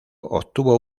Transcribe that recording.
obtuvo